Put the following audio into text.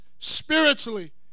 Spiritually